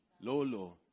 Lolo